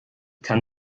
kann